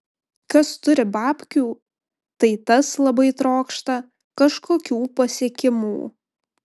kas turi babkių tai tas labai trokšta kažkokių pasiekimų